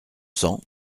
cents